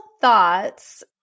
thoughts